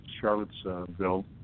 Charlottesville